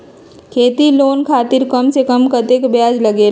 खेती लोन खातीर कम से कम कतेक ब्याज लगेला?